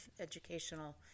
educational